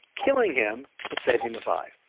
killing him but saving the five.